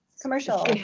commercial